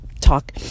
talk